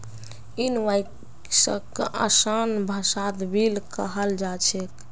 इनवॉइसक आसान भाषात बिल कहाल जा छेक